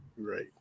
Right